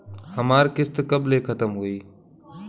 हमार किस्त कब ले खतम होई?